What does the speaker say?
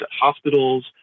hospitals